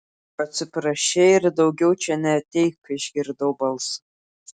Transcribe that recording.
atsiprašei ir daugiau čia neateik išgirdau balsą